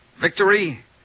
Victory